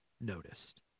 noticed